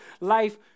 life